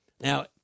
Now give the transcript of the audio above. Now